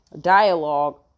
dialogue